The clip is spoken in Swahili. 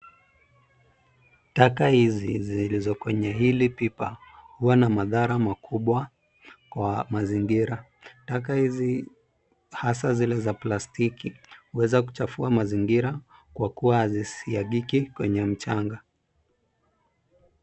Taka hizi zilizo kwenye hili bipa, huwa na madhara makubwa kwa mazingira. Taka hizi hasa zile za plastiki huweza kuchafua mazingira kwa kuwa haziziagiki kwenye mchanga.